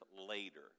later